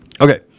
Okay